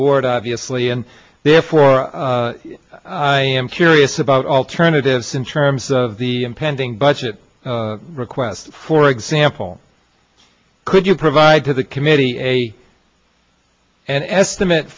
board obviously and therefore i am curious about alternatives in terms of the impending budget request for example could you provide to the committee a an estimate